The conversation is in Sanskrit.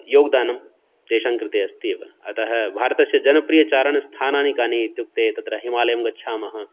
योगदानं तेषाङ्कृते अस्ति एव अतः भारतस्य जनप्रियः चारणस्थानानि कानि इत्युक्ते तत्र हिमालयं गच्छामः